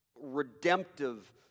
redemptive